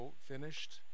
finished